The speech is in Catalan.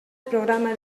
programa